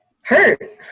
hurt